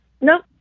Nope